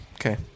Okay